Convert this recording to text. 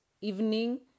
evening